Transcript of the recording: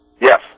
Yes